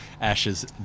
Ashes